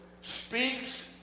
speaks